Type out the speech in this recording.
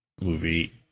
movie